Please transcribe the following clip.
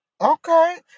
Okay